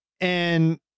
And-